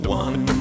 one